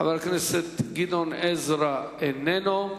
חבר הכנסת גדעון עזרא, איננו.